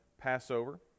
Passover